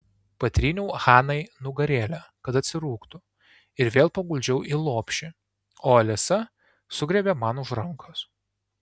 patryniau hanai nugarėlę kad atsirūgtų ir vėl paguldžiau į lopšį o alisa sugriebė man už rankos